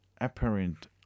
apparent